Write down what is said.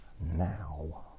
Now